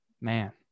man